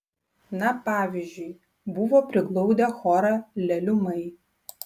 na pavyzdžiui buvo priglaudę chorą leliumai